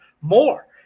more